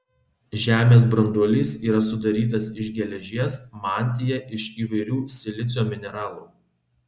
žemės branduolys yra sudarytas iš geležies mantija iš įvairių silicio mineralų